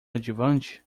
cativante